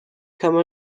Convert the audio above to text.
come